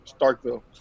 Starkville